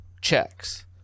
checks